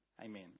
Amen